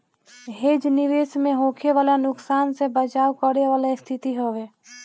hedge निवेश में होखे वाला नुकसान से बचाव करे वाला स्थिति हवे